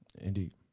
Indeed